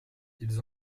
ils